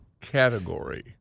category